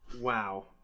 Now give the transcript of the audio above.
Wow